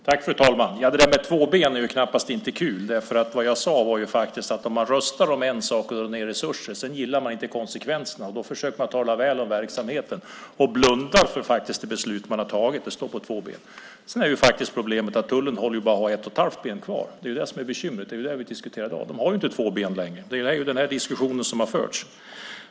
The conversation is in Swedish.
Fru talman! Ja, det där med två ben är ju knappast kul. Det jag sade var faktiskt att om man röstar om en sak och drar ned resurserna och sedan inte gillar konsekvenserna försöker man tala väl om verksamheten och blundar för det beslut man har tagit om att stå på två ben. Sedan är faktiskt problemet att tullen bara har ett och ett halvt ben kvar. Det är det som är bekymret. Det är det vi diskuterar i dag. Man har ju inte två ben längre. Det är ju den diskussionen som har förts.